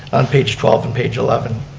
on page twelve and page eleven